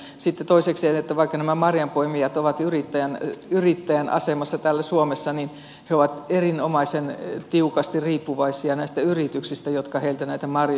sitten toisekseen vaikka nämä marjanpoimijat ovat yrittäjän asemassa täällä suomessa he ovat erinomaisen tiukasti riippuvaisia näistä yrityksistä jotka heiltä näitä marjoja ostavat